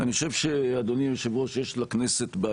אני אומר את זה בצורה גלויה.